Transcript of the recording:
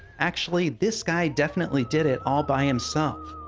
actually, this guy definitely did it all by himself.